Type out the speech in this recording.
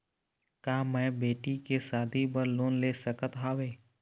का मैं बेटी के शादी बर लोन ले सकत हावे?